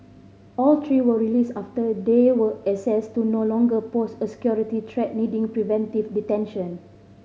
all three were released after they were assessed to no longer pose a security threat needing preventive detention